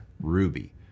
Ruby